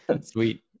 Sweet